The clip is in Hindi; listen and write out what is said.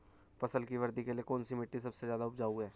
फसल की वृद्धि के लिए कौनसी मिट्टी सबसे ज्यादा उपजाऊ है?